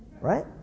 Right